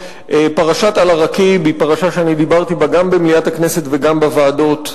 פרשת אל-עראקיב היא פרשה שאני דיברתי בה גם במליאת הכנסת וגם בוועדות.